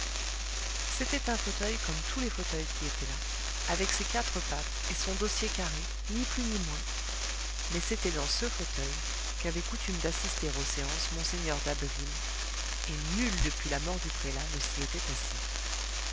c'était un fauteuil comme tous les fauteuils qui étaient là avec ses quatre pattes et son dossier carré ni plus ni moins mais c'était dans ce fauteuil qu'avait coutume d'assister aux séances mgr d'abbeville et nul depuis la mort du prélat ne s'y était assis